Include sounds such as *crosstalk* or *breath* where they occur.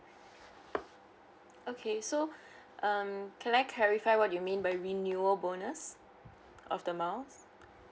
okay so *breath* um can I clarify what you mean by renewal bonus of the miles